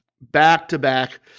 back-to-back